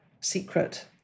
secret